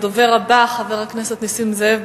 הדובר הבא, חבר הכנסת נסים זאב,